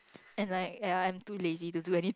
and like I'm too lazy to do any